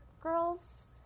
girls